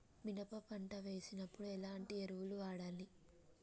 మినప పంట వేసినప్పుడు ఎలాంటి ఎరువులు వాడాలి?